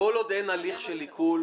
כל עוד אין הליך של עיקול,